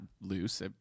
loose